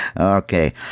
Okay